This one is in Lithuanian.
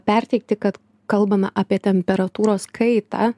perteikti kad kalbama apie temperatūros kaitą